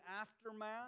aftermath